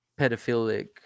pedophilic